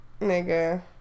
Nigga